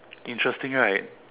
interesting right